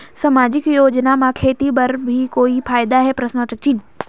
समाजिक योजना म खेती बर भी कोई फायदा है?